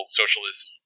socialist